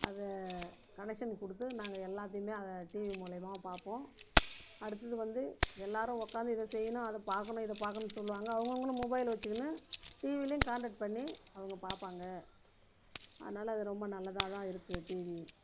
அதை கனெக்சன் கொடுத்து நாங்கள் எல்லாத்தையுமே அதை டிவி மூலயமா பார்ப்போம் அடுத்தது வந்து எல்லாரும் உட்காந்து இதை செய்யணும் அதை பார்க்கணும் இதை பார்க்கணும்ன்னு சொல்லுவாங்க அவங்க அவர்களும் மொபைல் வைச்சுக்கின்னு டிவிலேயும் கான்டெக்ட் பண்ணி அவங்க பார்ப்பாங்க அதனால் அது ரொம்ப நல்லதாக தான் இருக்கு டிவி